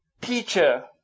teacher